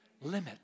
limit